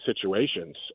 situations